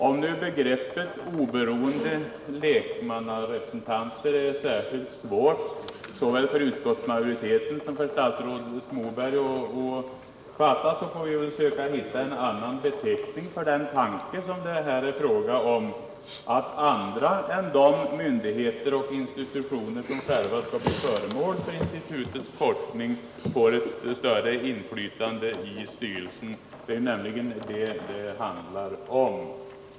Om nu begreppet oberoende lekmannarepresentanter är särskilt svårt att fatta såväl för utskottsmajoriteten som för statsrådet Moberg, så får vi väl söka hitta en annan beteckning för att uttrycka den tanke som det här är fråga om, dvs. att andra än de myndigheter och institutioner som själva skall bli föremål för institutets forskning får ett inflytande i styrelsen. Det är nämligen detta det handlar om.